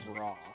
Raw